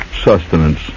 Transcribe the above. sustenance